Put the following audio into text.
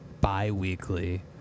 bi-weekly